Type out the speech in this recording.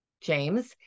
James